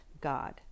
God